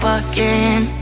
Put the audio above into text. again